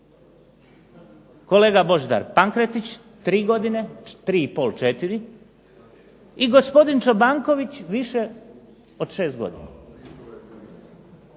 Kolega Božidar Pankretić 3 godine, 3 i pol, 4, i gospodin Čobanković više od 6 godina.